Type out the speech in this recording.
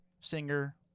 singer